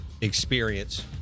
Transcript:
experience